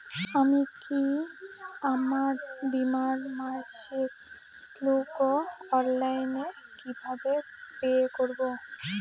আমি কি আমার বীমার মাসিক শুল্ক অনলাইনে কিভাবে পে করব?